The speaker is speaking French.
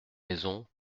maisons